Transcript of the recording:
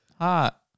Hot